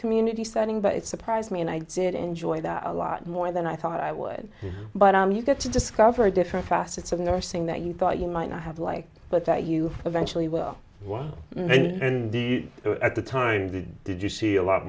community setting but it surprised me and i did enjoy that a lot more than i thought i would but you get to discover different facets of nursing that you thought you might not have liked but that you eventually were one at the time that did you see a lot